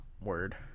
Word